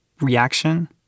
reaction